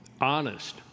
honest